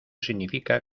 significa